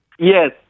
Yes